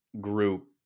group